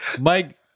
Mike